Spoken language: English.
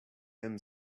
him